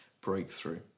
breakthrough